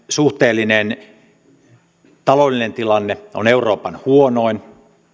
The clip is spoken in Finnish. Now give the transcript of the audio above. suhteellinen taloudellinen tilanne on euroopan huonoin